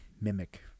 mimic